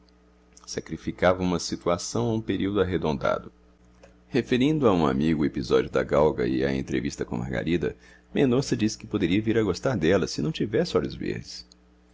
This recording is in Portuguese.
sacrificava uma situação a um período arredondado referindo a um amigo o episódio da galga e a entrevista com margarida mendonça disse que poderia vir a gostar dela se não tivesse olhos verdes